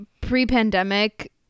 pre-pandemic